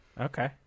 Okay